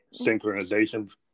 synchronization